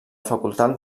facultat